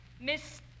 Miss